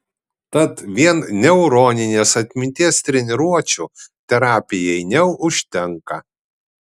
tad vien neuroninės atminties treniruočių terapijai neužtenka